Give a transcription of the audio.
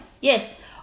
Yes